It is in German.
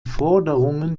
forderungen